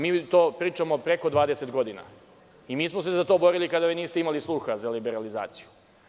Mi to pričamo preko 20 godina i mi smo se za to borili kada vi niste imali sluha za liberalizaciju.